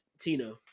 Tino